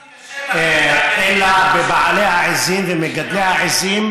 אלא בבעלי העיזים ובמגדלי העיזים,